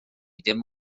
dim